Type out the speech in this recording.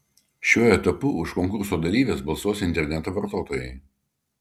šiuo etapu už konkurso dalyves balsuos interneto vartotojai